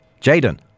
Jaden